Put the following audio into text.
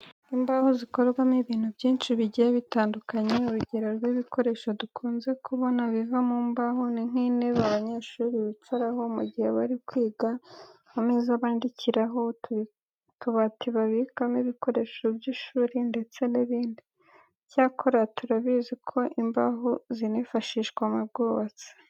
Imbaho zikorwamo ibintu byinshi bigiye bitandukanye. Urugero rw'ibikoresho dukunze kubona biva mu mbaho ni nk'intebe abanyeshuri bicaraho mu gihe bari kwiga, ameza bandikiraho, utubati babikamo ibikoresho by'ishuri, ndetse n'ibindi. Icyakora turabizi ko imbaho zinifashishwa mu bwubatsi.